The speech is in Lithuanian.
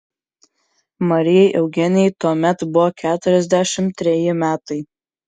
marijai eugenijai tuomet buvo keturiasdešimt treji metai